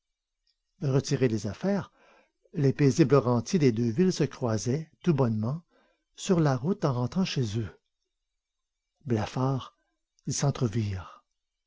retirés des affaires les paisibles rentiers des deux villes se croisaient tout bonnement sur la route en rentrant chez eux blafards